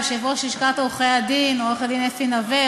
יושב-ראש לשכת עורכי-הדין עורך-הדין אפי נוה,